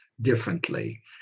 differently